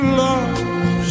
love